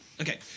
Okay